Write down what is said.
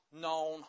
known